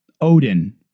Odin